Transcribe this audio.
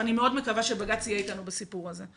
ואני מאוד מקווה שבג"ץ יהיה איתנו בסיפור הזה.